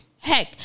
Heck